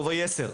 הוא רובאי 10,